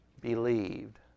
believed